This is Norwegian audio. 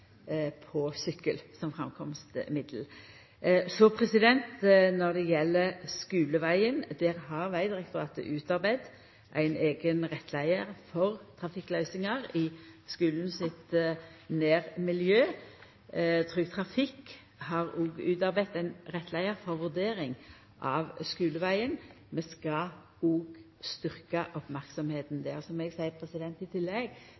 på sykkel som framkomstmiddel. Når det gjeld skulevegen, har Vegdirektoratet utarbeidd ein eigen rettleiar for trafikkløysingar i skulen sitt nærmiljø. Trygg Trafikk har òg utarbeidd ein rettleiar for vurdering av skulevegen. Vi skal òg styrkja merksemda på det. Så må eg seia at i